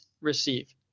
receive